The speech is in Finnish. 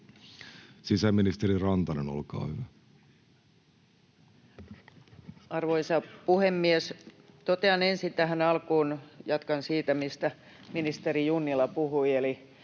Sisäministeri Rantanen, olkaa hyvä. Arvoisa puhemies! Totean ensin tähän alkuun, että jatkan siitä, mistä ministeri Junnila puhui